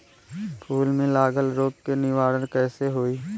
फूल में लागल रोग के निवारण कैसे होयी?